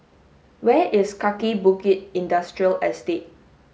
where is Kaki Bukit Industrial Estate